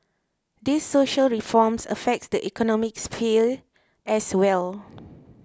these social reforms affects the economic sphere as well